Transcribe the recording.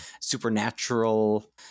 supernatural